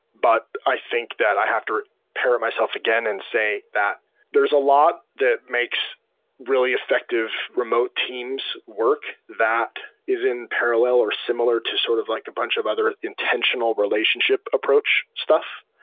but i think that i have to pair it myself again and say that there's a lot that makes really effective remote teams work that is in parallel or similar to sort of like a bunch of other intentional relationship approach stuff.